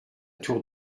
tour